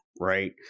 right